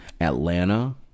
Atlanta